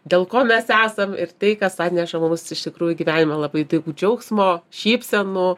dėl ko mes esam ir tai kas atneša mums iš tikrųjų gyvenime labai daug džiaugsmo šypsenų